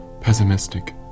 pessimistic